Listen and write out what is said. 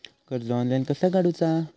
कर्ज ऑनलाइन कसा काडूचा?